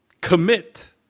commit